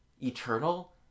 Eternal